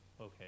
okay